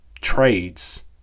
trades